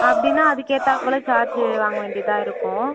அப்படின்னா அதுக்கேற்றா போல் சார்ஜ்ஜு வாங்க வேண்டியதாக இருக்கும்